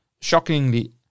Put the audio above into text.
shockingly